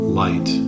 light